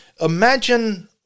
imagine